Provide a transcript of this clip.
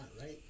right